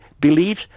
believes